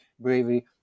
bravery